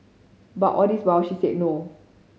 but all this while she said no